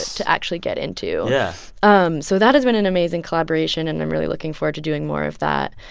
to actually get into? yeah um so that has been an amazing collaboration, and i'm really looking forward to doing more of that.